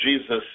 Jesus